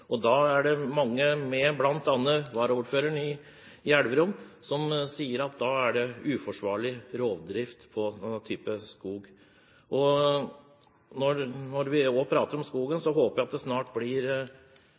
Og da er det mange, bl.a. varaordføreren i Elverum, som sier at det er uforsvarlig rovdrift på denne type skog. Når vi også prater om